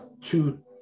two